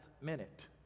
minute